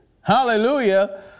Hallelujah